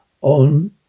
on